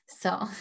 So-